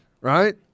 right